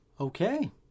Okay